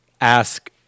ask